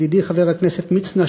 ידידי חבר הכנסת מצנע,